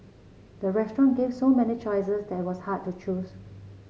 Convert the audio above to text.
the restaurant gave so many choices that it was hard to choose